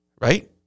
right